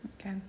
Okay